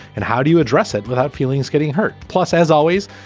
and how do you address it without feelings getting hurt? plus, as always,